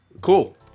Cool